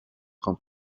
grands